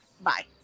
Bye